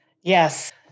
Yes